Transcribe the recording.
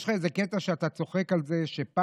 יש לך איזה קטע שאתה צוחק על זה שפעם